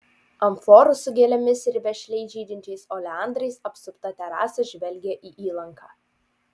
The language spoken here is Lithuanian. amforų su gėlėmis ir vešliai žydinčiais oleandrais apsupta terasa žvelgė į įlanką